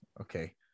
okay